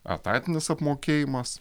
etatinis apmokėjimas